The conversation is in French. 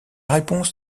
réponse